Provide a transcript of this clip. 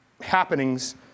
happenings